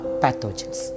pathogens